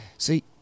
See